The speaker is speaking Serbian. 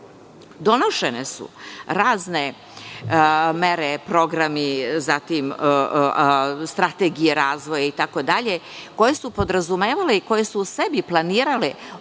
zadatak. Donošene su razne mere, programi, strategije razvoja itd. koje su podrazumevale i koje su u sebi planirale određene